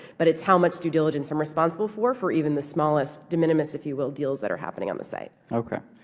but it's how much due diligence i'm responsible for, for even the smallest, de minimis, if you will, deals that are happening on the other side. okay.